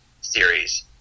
series